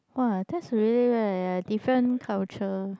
!wah! that's really like ya different culture